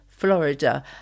florida